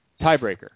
tiebreaker